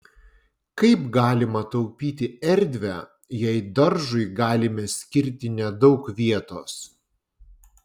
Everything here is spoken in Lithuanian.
kaip galima taupyti erdvę jei daržui galime skirti nedaug vietos